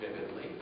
vividly